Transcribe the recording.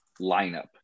lineup